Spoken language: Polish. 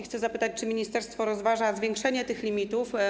Chcę zapytać, czy ministerstwo rozważa zwiększenie tych limitów.